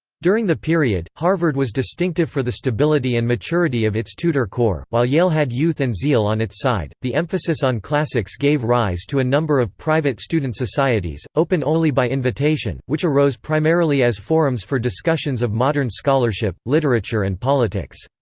during the period, harvard was distinctive for the stability and maturity of its tutor corps, while yale had youth and zeal on its side the emphasis on classics gave rise to a number of private student societies, open only by invitation, which arose primarily as forums for discussions of modern scholarship, literature and politics.